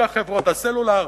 כך חברות הסלולר.